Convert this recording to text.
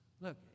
Look